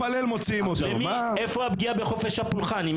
איפה הפגיעה בחופש הפולחן?